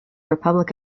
republic